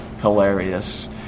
hilarious